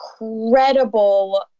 incredible